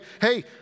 hey